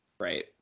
Right